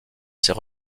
ces